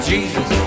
Jesus